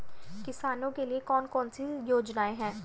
किसानों के लिए कौन कौन सी योजनाएं हैं?